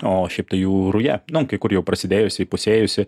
o šiaip tai jų ruja kai kur jau prasidėjusi įpusėjusi